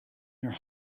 your